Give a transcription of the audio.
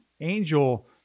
angel